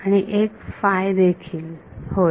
विद्यार्थी आणि एक देखील होय